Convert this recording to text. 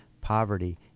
poverty